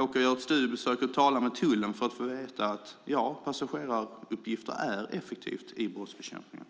åka på studiebesök hos tullen för att få veta att passageraruppgifter är effektiva i brottsbekämpningen.